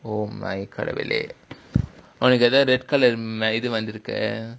oh my கடவுளே உனக்கு எதா:kadavulae unakku ethaa red colour இது வந்துருக்கா:ithu vanthurukkaa